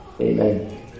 amen